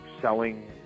selling